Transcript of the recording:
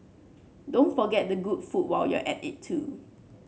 don't forget the good food while you're at it too